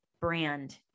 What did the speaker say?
brand